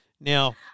Now